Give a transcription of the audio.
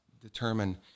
determine